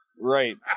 Right